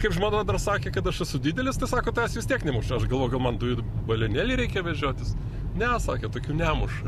kaip žmona dar sakė kad aš esu didelis tai sako tavęs vis tiek nemuš aš galvoju gal man dujų balionėlį reikia vežiotis ne sakė tokių nemuša